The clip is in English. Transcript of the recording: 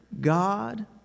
God